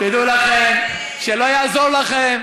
מג"ב ייכנסו מכאן.